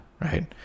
right